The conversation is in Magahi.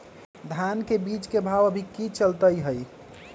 धान के बीज के भाव अभी की चलतई हई?